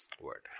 Word